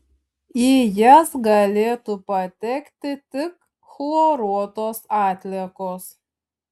į jas galėtų patekti tik chloruotos atliekos